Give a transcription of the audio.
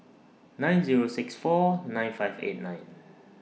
nine Zero six four nine five eight nine